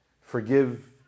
Forgive